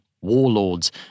warlords